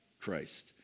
Christ